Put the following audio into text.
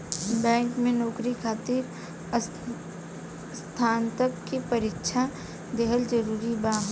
Bank में नौकरी खातिर स्नातक के परीक्षा दिहल जरूरी बा?